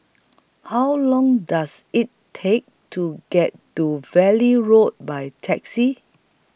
How Long Does IT Take to get to Valley Road By Taxi